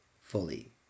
fully